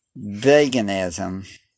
veganism